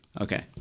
Okay